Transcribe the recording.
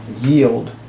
yield